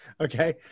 okay